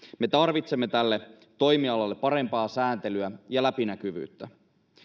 me tarvitsemme tälle toimialalle parempaa sääntelyä ja läpinäkyvyyttä